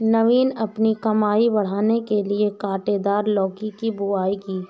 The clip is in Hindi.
नवीन अपनी कमाई बढ़ाने के लिए कांटेदार लौकी की बुवाई की